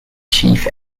chief